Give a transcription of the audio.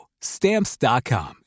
Stamps.com